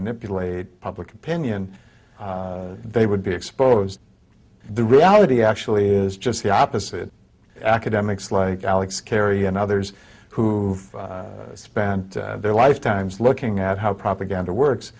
manipulate public opinion they would be exposed the reality actually is just the opposite academics like alex kerry and others who've spent their lifetimes looking at how propaganda works